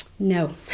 no